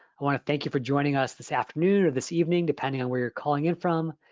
i want to thank you for joining us this afternoon, or this evening, depending on where you're calling in from.